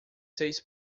seis